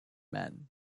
men